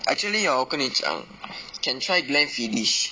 actually hor 我跟你讲 can try Glenfiddich